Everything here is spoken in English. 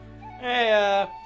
Hey